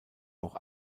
auch